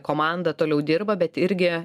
komanda toliau dirba bet irgi